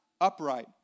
upright